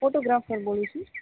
photo ગ્રાફર બોલું છું